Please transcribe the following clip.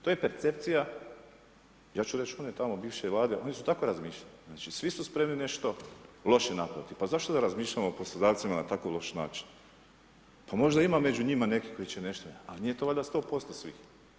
To je percepcija ja ću reći one tamo bivše vlade, oni su tako razmišljali, znači svi su spremni nešto loše napraviti, pa zašto da razmišljamo o poslodavcima na tako loš način, pa možda ima među njima neki koji će nešto, ali nije to valjda 100% svih.